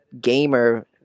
gamer